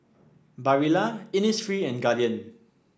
Barilla Innisfree and Guardian